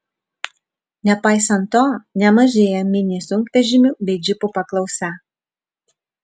nepaisant to nemažėja mini sunkvežimių bei džipų paklausa